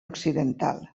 occidental